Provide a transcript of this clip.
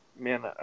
Man